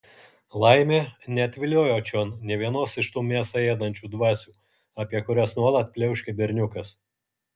laimė neatviliojo čion nė vienos iš tų mėsą ėdančių dvasių apie kurias nuolat pliauškia berniukas